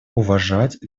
уважать